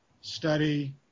study